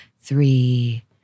Three